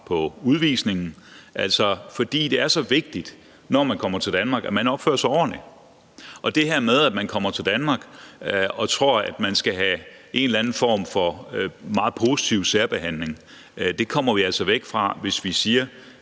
på udvisninger, for det er så vigtigt, at man, når man kommer til Danmark, opfører sig ordentligt. Det her med, at man kommer til Danmark og tror, man skal have en eller anden form for meget positiv særbehandling, kommer vi altså væk fra, hvis vi siger,